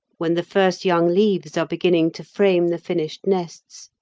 when the first young leaves are beginning to frame the finished nests,